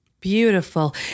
Beautiful